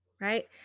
right